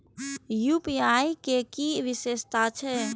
UPI के कि विषेशता छै?